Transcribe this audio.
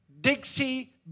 Dixie